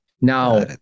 Now